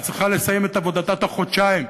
היא צריכה לסיים את עבודתה בתוך חודשיים,